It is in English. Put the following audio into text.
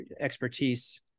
expertise